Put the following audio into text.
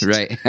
Right